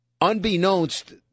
unbeknownst